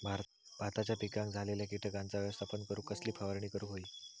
भाताच्या पिकांक झालेल्या किटकांचा व्यवस्थापन करूक कसली फवारणी करूक होई?